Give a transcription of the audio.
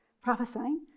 Prophesying